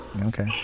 Okay